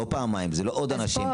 לא פעמיים, זה לא עוד אנשים.